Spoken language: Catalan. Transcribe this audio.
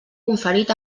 conferit